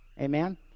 Amen